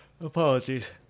Apologies